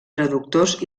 traductors